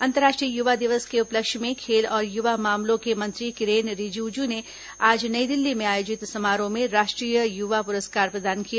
अंतर्राष्ट्रीय युवा दिवस के उपलक्ष्य में खेल और युवा मामलों के मंत्री किरेन रिजिजू ने आज नई दिल्ली में आयोजित समारोह में राष्ट्रीय युवा पुरस्कार प्रदान किए